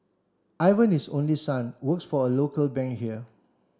Ivan his only son works for a local bank here